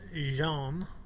Jean